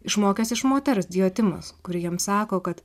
išmokęs iš moters diotimos kuri jam sako kad